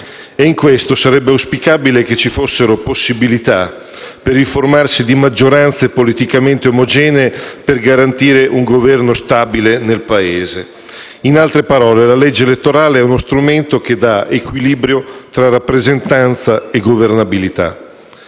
In questo sarebbe auspicabile che ci fossero possibilità per il formarsi di maggioranze politicamente omogenee per garantire un Governo stabile nel Paese. In altre parole, la legge elettorale è uno strumento che dà equilibrio tra rappresentanza e governabilità.